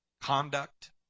conduct